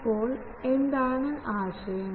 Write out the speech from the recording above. ഇപ്പോൾ എന്താണ് ആശയം